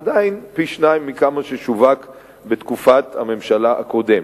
עדיין פי-שניים מכמה ששווקו בתקופת הממשלה הקודמת.